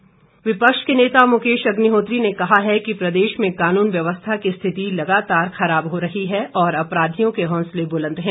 अग्निहोत्री विपक्ष के नेता मुकेश अग्निहोत्री ने कहा है कि प्रदेश में कानून व्यवस्था की स्थिति लगातार खराब हो रही है और अपराधियों के हौसले बुलंद हैं